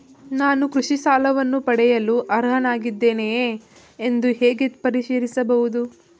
ನಾನು ಕೃಷಿ ಸಾಲವನ್ನು ಪಡೆಯಲು ಅರ್ಹನಾಗಿದ್ದೇನೆಯೇ ಎಂದು ಹೇಗೆ ಪರಿಶೀಲಿಸಬಹುದು?